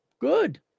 Good